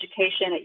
education